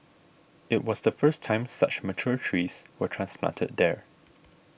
it was the first time such mature trees were transplanted there